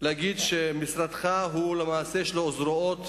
להגיד שלמשרדך יש, למעשה, זרועות,